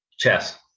Chess